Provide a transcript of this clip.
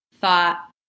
thought